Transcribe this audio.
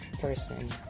person